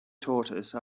tortoise